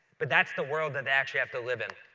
but that's the world that they actually have to live in.